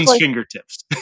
fingertips